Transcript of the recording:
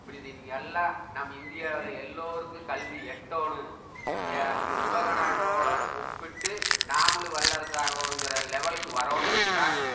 இப்படி இது எல்லாம் நம்ம இந்தியாவில் எல்லோருக்கும் கல்வி எட்டணும் உலக நாட்டோடு ஒப்பிட்டு நாமளும் வல்லரசு ஆகணுங்குற லெவலுக்கு வரணும் என்றால்